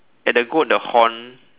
at the goat the horn